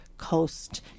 coast